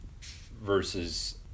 versus